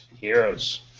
Heroes